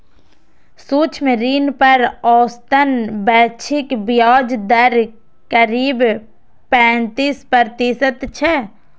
सूक्ष्म ऋण पर औसतन वैश्विक ब्याज दर करीब पैंतीस प्रतिशत छै